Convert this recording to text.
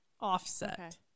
offset